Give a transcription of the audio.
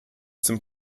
zum